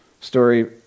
story